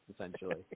essentially